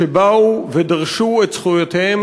מבני קהילות הלהט"ב שבאו ודרשו את זכויותיהם,